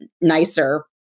nicer